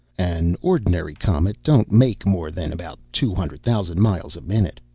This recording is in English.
an ordinary comet don't make more than about two hundred thousand miles a minute.